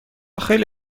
خیلی